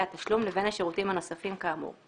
התשלום לבין השירותים הנוספים כאמור.